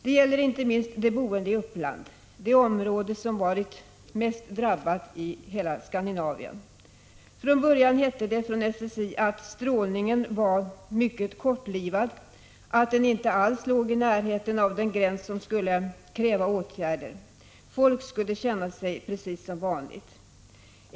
Det gäller inte minst dem som bor i Uppland, det område som varit det mest drabbade i hela Skandinavien. Från början hette det från SSI att strålningen var mycket kortlivad, att den inte alls låg i närheten av den gräns som skulle kräva åtgärder. Människorna skulle känna sig precis som vanligt.